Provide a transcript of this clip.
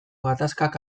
gatazkak